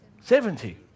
Seventy